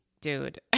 dude